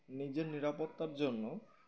নিজের নিরাপত্তার জন্য